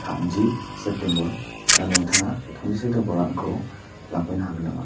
थामजि सेप्तेम्बर दा नोंथाङा बे थामजि सेप्तेम्बारआव आंखौ लांफैनो हागोन नामा